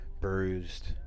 bruised